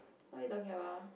what you talking about